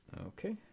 Okay